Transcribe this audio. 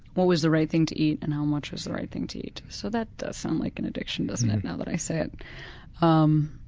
what was the right thing to eat and how much was the right thing to eat, so that does sound like an addiction, doesn't it, now that i say it. um